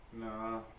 No